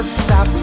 stop